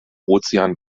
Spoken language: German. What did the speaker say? ozean